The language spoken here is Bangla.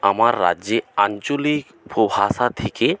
আমার রাজ্যে আঞ্চলিক উপভাষা থেকে